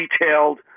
detailed